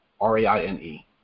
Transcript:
R-A-I-N-E